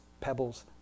pebbles